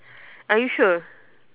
are you sure